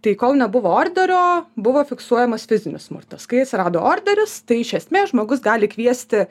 tai kol nebuvo orderio buvo fiksuojamas fizinis smurtas kai atsirado orderis tai iš esmės žmogus gali kviesti